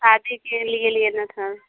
शादी के लिए लेना था